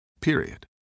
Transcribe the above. Period